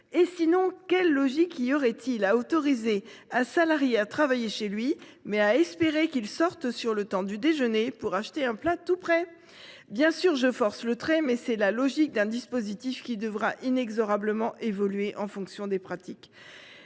? Sinon, quelle logique y aurait il à autoriser un salarié à travailler chez lui, mais à espérer qu’il sorte durant la pause déjeuner pour acheter un plat tout prêt ? Je force le trait, bien sûr, mais la logique du dispositif devra inexorablement évoluer en fonction des pratiques.